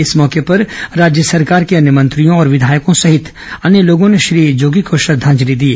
इस मौके पर राज्य सरकार के अन्य मंत्रियों और विधायकों सहित अन्य लोगों ने श्री जोगी को श्रद्धांजलि दी